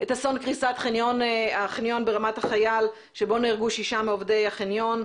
את אסון קריסת החניון ברמת החייל שבו נהרגו שישה מעובדי החניון.